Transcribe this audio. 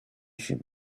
should